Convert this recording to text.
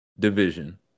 Division